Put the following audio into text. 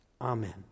Amen